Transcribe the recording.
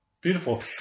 Beautiful